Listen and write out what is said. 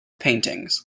paintings